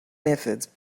methods